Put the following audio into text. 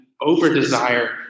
over-desire